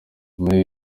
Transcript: muri